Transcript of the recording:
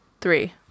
Three